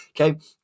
Okay